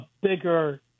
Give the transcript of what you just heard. bigger